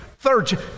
Third